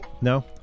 No